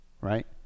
Right